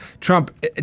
Trump